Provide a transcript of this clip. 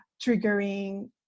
triggering